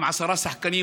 עם עשרה שחקנים,